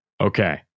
Okay